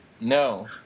No